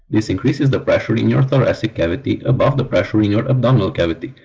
this increases the pressure in your thoracic cavity above the pressure in your abdominal cavity,